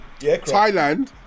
Thailand